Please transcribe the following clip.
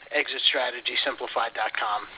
exitstrategysimplified.com